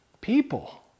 people